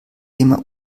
immer